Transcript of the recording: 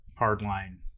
Hardline